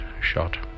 shot